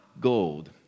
gold